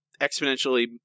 exponentially